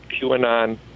QAnon